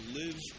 live